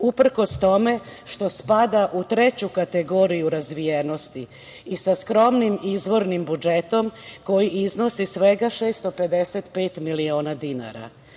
uprkos tome što spada u treću kategoriju razvijenosti i sa skromnim izvornim budžetom koji iznosi svega 655 miliona dinara.Za